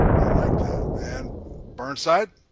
i like that and burnside